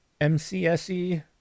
mcse